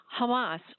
Hamas